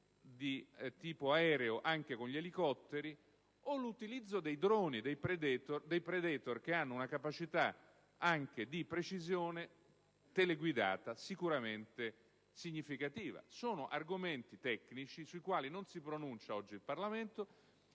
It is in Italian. di tipo aereo anche con gli elicotteri o l'utilizzo dei droni Predator, che hanno una capacità di precisione teleguidata sicuramente significativa. Sono argomenti tecnici sui quali oggi non si pronuncia il Parlamento: